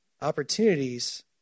opportunities